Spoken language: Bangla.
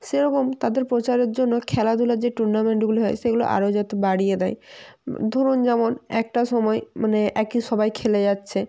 সেরকম তাদের প্রচারের জন্য খেলাধুলার যে টুর্নামেন্টগুলি হয় সেগুলো আরও যাতে বাড়িয়ে দেয় ধরুন যেমন একটা সময় মানে একই সবাই খেলে যাচ্ছে